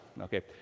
Okay